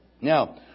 Now